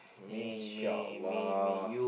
Insha Allah